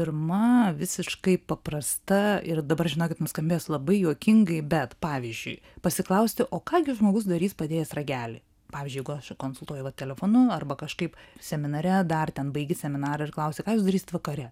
pirma visiškai paprasta ir dabar žinokit nuskambės labai juokingai bet pavyzdžiui pasiklausti o ką gi žmogus darys padėjęs ragelį pavyzdžiuijeigu aš konsultuoju telefonu arba kažkaip seminare dar ten baigi seminarą ir klausi ką jūs darysit vakare